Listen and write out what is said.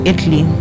Italy